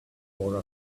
for